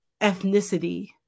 ethnicity